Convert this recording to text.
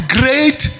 great